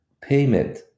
payment